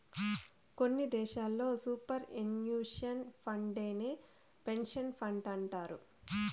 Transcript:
కొన్ని దేశాల్లో superannuation ఫండేనే పెన్సన్ ఫండంటారు